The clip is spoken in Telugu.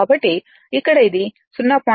కాబట్టి ఇక్కడ ఇది 0